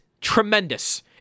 tremendous